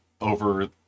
over